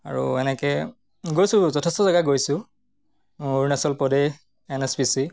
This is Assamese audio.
আৰু এনেকৈ গৈছোঁ যথেষ্ট জেগা গৈছোঁ Arunachal Pradesh N S P C